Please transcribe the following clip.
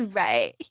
right